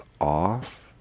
off